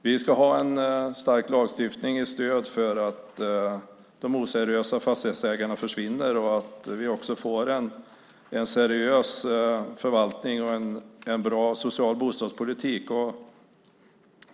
Vi ska ha en stark lagstiftning som ett stöd så att de oseriösa fastighetsägarna försvinner och så att vi får en seriös förvaltning och en bra social bostadspolitik.